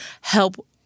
help